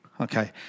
Okay